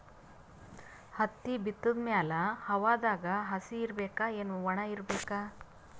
ಹತ್ತಿ ಬಿತ್ತದ ಮ್ಯಾಲ ಹವಾದಾಗ ಹಸಿ ಇರಬೇಕಾ, ಏನ್ ಒಣಇರಬೇಕ?